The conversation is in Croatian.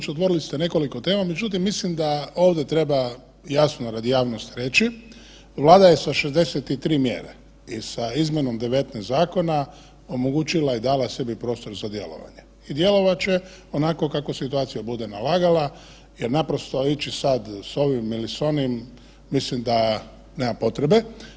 Kolega Milošević otvorili ste nekoliko tema, međutim mislim da ovdje treba jasno radi javnosti reći, Vlada je sa 63 mjere i sa izmjenom 19 zakona omogućila i dala sebi prostor za djelovanje i djelovat će onako kao situacija bude nalagala jer naprosto ići sada sa ovim ili s onim mislim da nema potrebe.